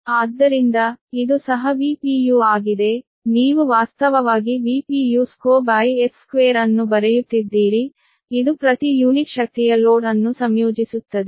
ಆದ್ದರಿಂದ ಇದು ಸಹ Vpu ಆಗಿದೆ ನೀವು ವಾಸ್ತವವಾಗಿ 2 upon S2 ಅನ್ನು ಬರೆಯುತ್ತಿದ್ದೀರಿ ಇದು ಪ್ರತಿ ಯೂನಿಟ್ ಶಕ್ತಿಯ ಲೋಡ್ ಅನ್ನು ಸಂಯೋಜಿಸುತ್ತದೆ